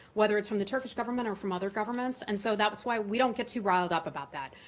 whether it's from the turkish government or from other governments, and so that's why we don't get too riled up about that.